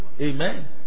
Amen